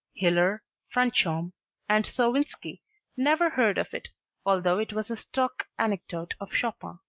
hiller, franchomme and sowinski never heard of it although it was a stock anecdote of chopin.